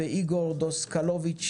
ואיגור דוסקלוביץ,